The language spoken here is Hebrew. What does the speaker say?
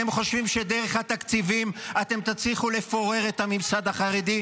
אתם חושבים שדרך התקציבים אתם תצליחו לפורר את הממסד החרדי,